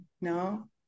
No